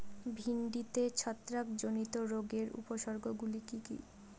ভিন্ডিতে ছত্রাক জনিত রোগের উপসর্গ গুলি কি কী?